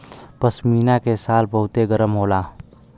पश्मीना के शाल बहुते गरम होला